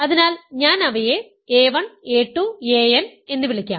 അതിനാൽ ഞാൻ അവയെ a 1 a 2 a n എന്ന് വിളിക്കാം